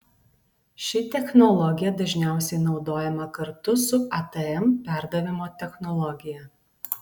ši technologija dažniausiai naudojama kartu su atm perdavimo technologija